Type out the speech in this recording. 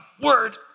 word